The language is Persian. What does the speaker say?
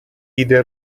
ایده